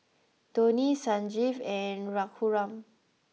Dhoni Sanjeev and Raghuram